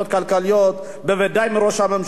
בוודאי מראש הממשלה שאינו מנהיג,